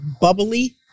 bubbly